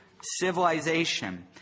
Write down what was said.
civilization